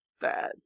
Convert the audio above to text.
bad